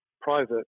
private